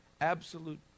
absolute